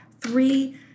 three